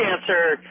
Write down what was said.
answer